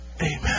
Amen